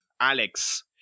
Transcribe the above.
Alex